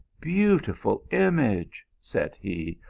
beautiful image! said he.